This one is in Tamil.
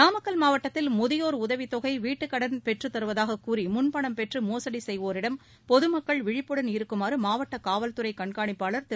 நாமக்கல் மாவட்டத்தில் முதியோர் உதவித் தொகை வீட்டுக் கடன் பெற்றுத்தருவதாக கூறி முன்பணம் பெற்று மோசடி செய்வோரிடம் பொதுமக்கள் விழிப்புடன் இருக்குமாறு மாவட்ட காவல்துறை கண்காணிப்பாளர் திரு